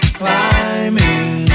climbing